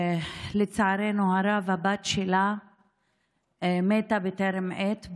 לצערנו הרב הבת שלה מתה בטרם עת,